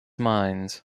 minds